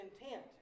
intent